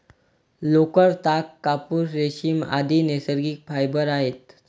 लोकर, ताग, कापूस, रेशीम, आदि नैसर्गिक फायबर आहेत